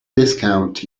discount